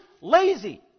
Lazy